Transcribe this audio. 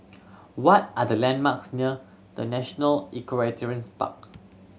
what are the landmarks near The National Equestrian Park